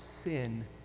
sin